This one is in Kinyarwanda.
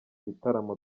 bitaramo